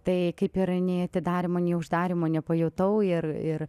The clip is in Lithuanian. tai kaip ir nei atidarymo nei uždarymo nepajutau ir ir